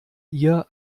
ihr